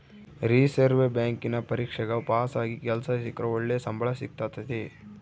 reserve ಬ್ಯಾಂಕಿನ ಪರೀಕ್ಷೆಗ ಪಾಸಾಗಿ ಕೆಲ್ಸ ಸಿಕ್ರ ಒಳ್ಳೆ ಸಂಬಳ ಸಿಕ್ತತತೆ